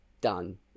done